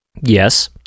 Yes